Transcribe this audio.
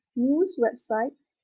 news website,